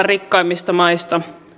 rikkaimmista maista